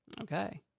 Okay